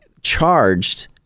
charged